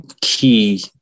key